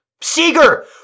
Seeger